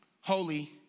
holy